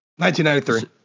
1993